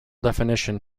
definition